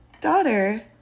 daughter